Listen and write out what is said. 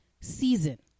season